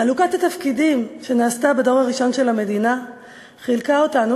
חלוקת התפקידים שנעשתה בדור הראשון של המדינה חילקה אותנו,